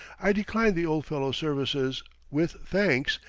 i decline the old fellow's services with thanks,